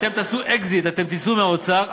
אתם תעשו אקזיט, אתם תצאו מהאוצר.